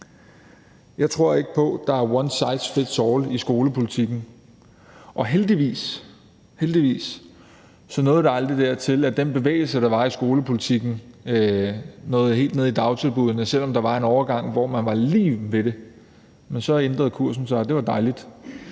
Jeg tror ikke på, at der er one size fits all i skolepolitik. Og heldigvis, heldigvis nåede det aldrig dertil, at den bevægelse, der var i skolepolitikken, nåede helt ned i dagtilbuddene, selv om der var en overgang, hvor det var lige ved at ske. Men så ændrede kursen sig, og det var dejligt